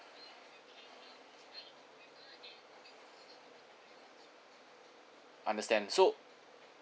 understand so